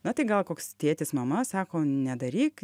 na tai gal koks tėtis mama sako nedaryk